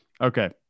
okay